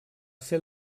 ser